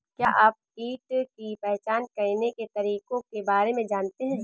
क्या आप कीट की पहचान करने के तरीकों के बारे में जानते हैं?